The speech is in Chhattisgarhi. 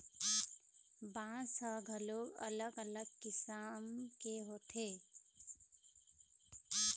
बांस ह घलोक अलग अलग किसम के होथे